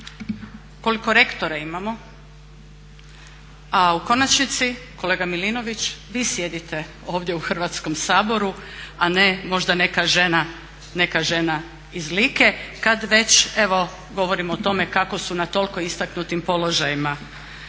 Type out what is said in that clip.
Koliko rektora imamo? A u konačnici, kolega Milinović vi sjedite ovdje u Hrvatskom saboru a ne možda neka žena iz Like, kada već evo govorimo o tome kako su na toliko istaknutim položajima,